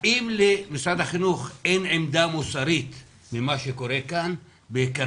האם למשרד החינוך אין עמדה מוסרית למה שקורה בכרמיאל?